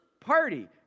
party